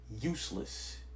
useless